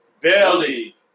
belly